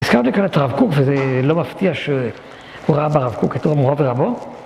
הזכרתי כאן את הרב קוק, וזה לא מפתיע שהוא ראה ברב קוק בתור מורו ורבו